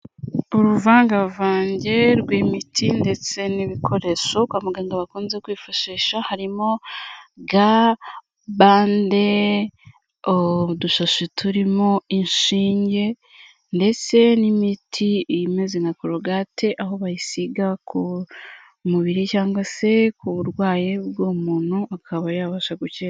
Uruvangavange rw'imiti ndetse n'ibikoresho kwa muganga bakunze kwifashisha, harimo ga, bande, udushashi turimo inshinge ndetse n'imiti imeze nka korogate, aho bayisiga ku mubiri cyangwa se ku burwayi bw'umuntu, akaba yabasha gukira.